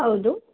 ಹೌದು